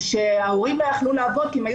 או שההורים לא יכלו לעבוד כי הם היו